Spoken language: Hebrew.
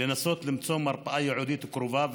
לנסות למצוא מרפאה ייעודית קרובה,